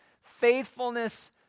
faithfulness